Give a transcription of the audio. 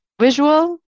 visual